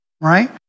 right